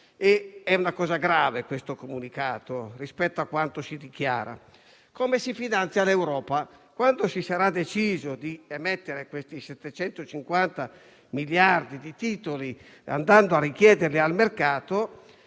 È una cosa grave questo comunicato, rispetto a quanto si dichiara. Come si finanzia l'Europa? Quando si sarà deciso di emettere questi 750 miliardi di titoli, andando a richiederli al mercato,